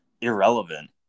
irrelevant